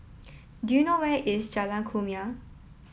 do you know where is Jalan Kumia